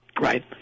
Right